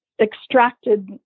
extracted